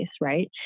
right